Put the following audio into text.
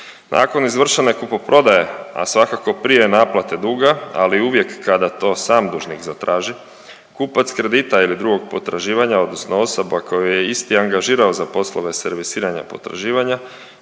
Nakon izvršene kupoprodaje, a svakako prije naplate duga, ali uvijek kada to sam dužnik zatraži, kupac kredita ili drugog potraživanja, odnosno osoba koju je isti angažirao za poslove servisiranja potraživanja,